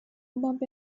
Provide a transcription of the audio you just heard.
bump